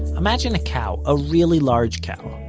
imagine a cow, a really large cow.